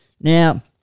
Now